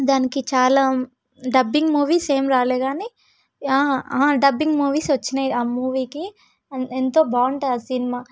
దానికి చాలా dubbing movies ఏం రాలేగాని ఆ ఆ డబ్బింగ్ మూవీస్ వచ్చినాయి ఆ మూవీకి ఎంతో బాగుంటుంది ఆ సినిమా